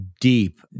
Deep